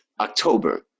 October